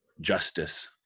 Justice